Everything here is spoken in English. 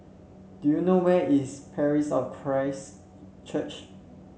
do you know where is Parish of Christ Church